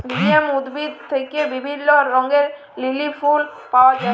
lilium উদ্ভিদ থেক্যে বিভিল্য রঙের লিলি ফুল পায়া যায়